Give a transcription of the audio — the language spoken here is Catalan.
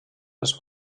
les